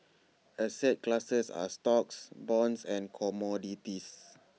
asset classes are stocks bonds and commodities